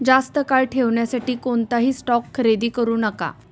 जास्त काळ ठेवण्यासाठी कोणताही स्टॉक खरेदी करू नका